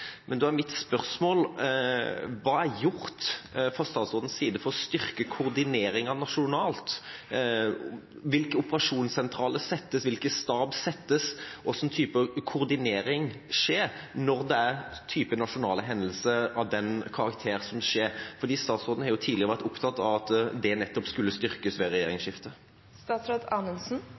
Men da er mine spørsmål: Hva er gjort fra statsrådens side for å styrke koordineringa nasjonalt? Hvilke operasjonssentraler settes, hvilken stab settes, hvilke typer koordinering skjer når det er nasjonale hendelser av den karakter som skjer? Statsråden har jo tidligere, ved regjeringsskiftet, vært opptatt av at dette nettopp skulle styrkes.